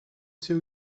two